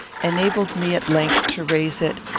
enabled me at length to raise it,